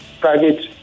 private